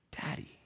Daddy